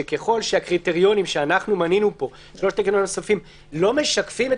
שככל שלושת הקריטריונים הנוספים שמנינו פה לא משקפים את